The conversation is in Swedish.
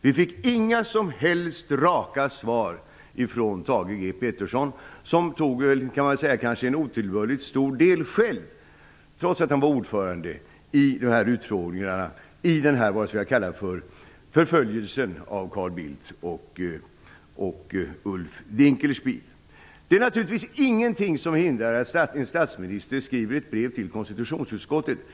Vi fick inga som helst raka svar från Thage G Peterson, som i de här utfrågningarna, kan man väl säga, själv tog otillbörligt stor del i "förföljelsen" av Det är naturligtvis ingenting som hindrar en statsminister att skriva ett brev till konstitutionsutskottet.